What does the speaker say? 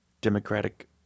Democratic